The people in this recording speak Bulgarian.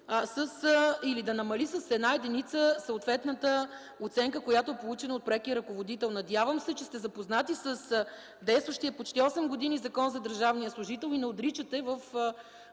или да намали с една единица съответната оценка, получена от прекия ръководител. Надявам се, че сте запознати с действащия почти осем години Закон за държавния служител и не отричате в